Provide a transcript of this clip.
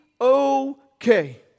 okay